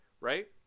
Right